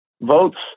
votes